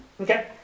okay